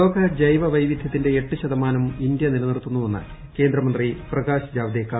ലോക ജൈവവൈവിദ്ധൃത്തിന്റെ എട്ട് ശതമാനം ഇന്ത്യ നിലനിർത്തുന്നുവെന്ന് കേന്ദ്രമന്ത്രി പ്രകാശ് ജാവ്ദേക്കർ